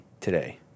today